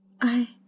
I